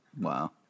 Wow